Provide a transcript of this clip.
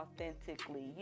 authentically